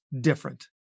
different